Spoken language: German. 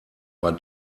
war